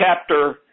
chapter